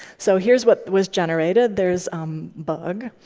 so here's what was generated. there's bug,